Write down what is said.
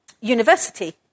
university